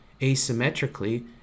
asymmetrically